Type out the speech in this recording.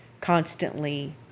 constantly